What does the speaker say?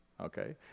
okay